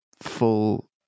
full